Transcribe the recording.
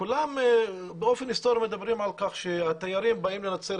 כולם באופן היסטורי מדברים על כך שהתיירים באים לנצרת